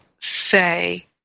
say